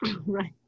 Right